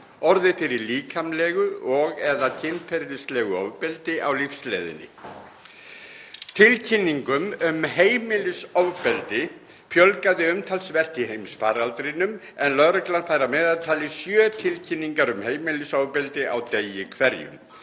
orðið fyrir líkamlegu og/eða kynferðislegu ofbeldi á lífsleiðinni. Tilkynningum um heimilisofbeldi fjölgaði umtalsvert í heimsfaraldrinum en lögreglan fær að meðaltali sjö tilkynningar um heimilisofbeldi á degi hverjum.